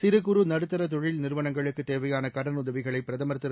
சிறு குறு நடுத்தர தொழில் நிறுவனங்களுக்கு தேவையான கடனுதவிகளை பிரதமர் திரு